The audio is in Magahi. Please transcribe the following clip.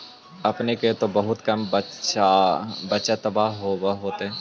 अपने के तो बहुते कम बचतबा होब होथिं?